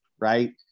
right